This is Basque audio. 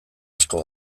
asko